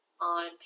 on